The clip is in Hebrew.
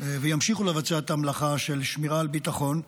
וימשיכו לבצע את המלאכה של שמירה על ביטחון,